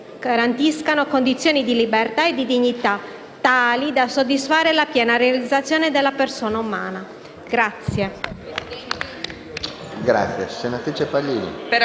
garantiscano condizioni di libertà e di dignità tali da soddisfare la piena realizzazione della persona umana*.